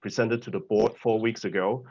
presented to the board four weeks ago,